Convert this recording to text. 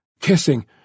kissing